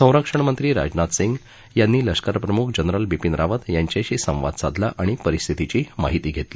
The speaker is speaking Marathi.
संरक्षण मंत्री राजनाथ सिंग यांनी लष्कर प्रमुख जनरल बिपीन रावत यांच्याशी संवाद साधला आणि परिस्थितीची माहिती घेतली